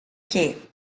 que